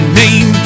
name